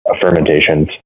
fermentations